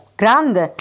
grande